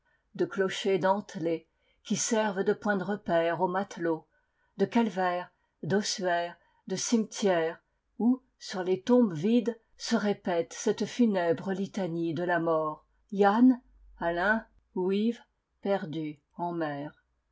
de clochers dentelés qui servent de points de repère aux matelots de calvaires d'ossuaires de cimetières où sur les tombes vides se répète cette funèbre litanie de la mort yann alain ou yves perdu en mer